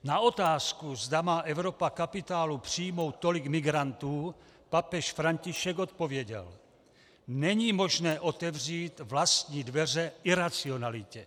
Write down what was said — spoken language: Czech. Na otázku, zda má Evropa kapitálu přijmout tolik migrantů, papež František odpověděl: Není možné otevřít vlastní dveře iracionalitě.